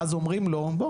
ואז אומרים לו לבוא